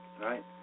right